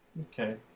Okay